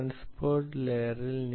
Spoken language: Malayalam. ട്രാൻസ്പോർട്ട് ലെയറിൽ